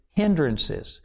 hindrances